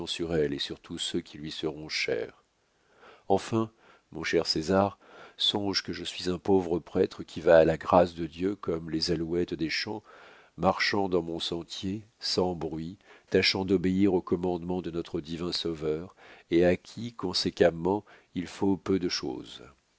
et sur tous ceux qui lui seront chers enfin mon cher césar songe que je suis un pauvre prêtre qui va à la grâce de dieu comme les alouettes des champs marchant dans mon sentier sans bruit tâchant d'obéir aux commandements de notre divin sauveur et à qui conséquemment il faut peu de chose